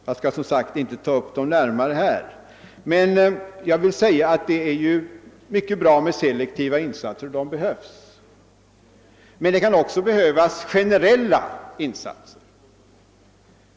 Jag skall som sagt inte ta upp dem till närmare granskning här, men jag vill säga att det är mycket bra med selektiva insatser — de behövs — men att det också behövs generella åtgärder.